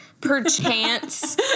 perchance